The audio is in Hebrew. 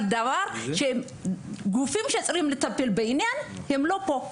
אבל הגופים שצריכים לטפל בעניין לא נמצאים פה.